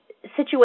situation